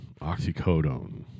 oxycodone